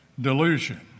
delusion